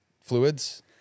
fluids